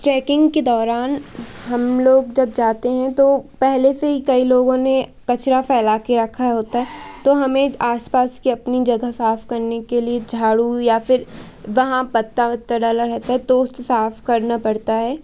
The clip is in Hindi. ट्रैकिंग के दौरान हम लोग जब जाते हैं तो पहले से ही कई लोगों ने कचरा फैलाकर रखा होता है तो हमें आस पास की अपनी जगह साफ करने के लिए झाड़ू या फ़िर वहाँ पत्ता वत्ता डला रहता है तो उसे साफ करना पड़ता है